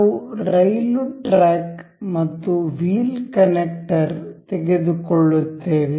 ನಾವು ರೈಲು ಟ್ರ್ಯಾಕ್ ಮತ್ತು ವೀಲ್ ಕನೆಕ್ಟರ್ ತೆಗೆದುಕೊಳ್ಳುತ್ತೇವೆ